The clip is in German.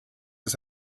das